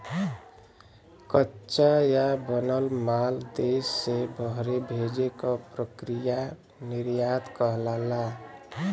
कच्चा या बनल माल देश से बहरे भेजे क प्रक्रिया निर्यात कहलाला